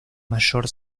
mayor